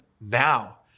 now